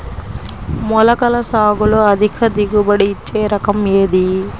మొలకల సాగులో అధిక దిగుబడి ఇచ్చే రకం ఏది?